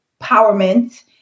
empowerment